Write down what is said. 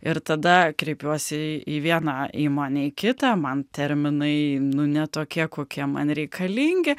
ir tada kreipiuosi į vieną įmonę į kitą man terminai nu ne tokie kokie man reikalingi